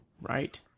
Right